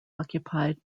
occupied